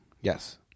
Yes